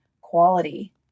quality